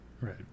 right